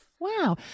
Wow